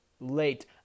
late